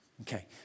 okay